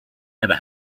never